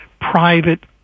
private